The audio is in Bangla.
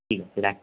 ঠিক আছে রাখছি